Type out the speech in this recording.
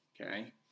Okay